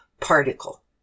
particle